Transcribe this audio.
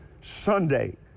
Sunday